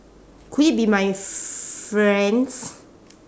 could it be my friends